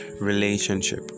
relationship